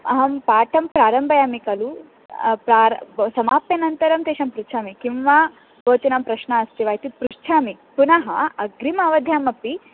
अहं पाठं प्रारम्भं करोमि खलु प्रार समाप्यानन्तरं तेषां पृच्छामि किं वा बहुजनानां प्रश्नः अस्ति वा इति पृच्छामि पुनः अग्रिमवधावपि